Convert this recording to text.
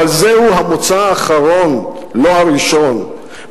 אבל זהו המוצא האחרון, לא הראשון.